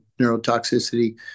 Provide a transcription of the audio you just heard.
neurotoxicity